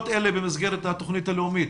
האלו הן במסגרת התוכנית הלאומית.